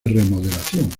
remodelación